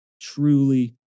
truly